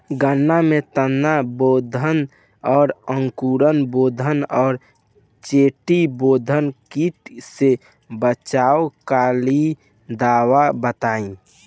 गन्ना में तना बेधक और अंकुर बेधक और चोटी बेधक कीट से बचाव कालिए दवा बताई?